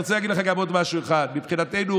אני רוצה להגיד לך עוד משהו אחד: מבחינתנו,